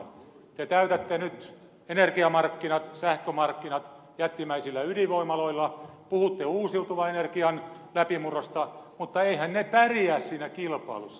te täytätte nyt energiamarkkinat sähkömarkkinat jättimäisillä ydinvoimaloilla puhutte uusiutuvan energian läpimurrosta mutta eiväthän ne pärjää siinä kilpailussa